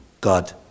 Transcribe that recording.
God